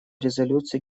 резолюции